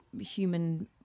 human